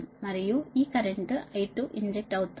మరియు ఈ current inject అవుతోంది